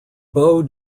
beau